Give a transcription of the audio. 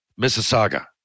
Mississauga